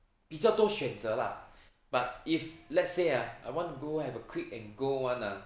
比较多选择啦 but if let's say ah I wanna go have a quick and go [one] ah